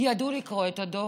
ידעו לקרוא את הדוח,